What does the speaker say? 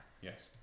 Yes